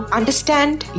understand